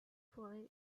forêt